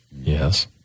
Yes